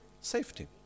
Safety